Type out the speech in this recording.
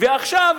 ועכשיו אי-אפשר?